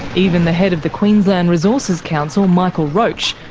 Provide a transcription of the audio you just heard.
even the head of the queensland resources council, michael roche,